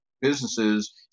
businesses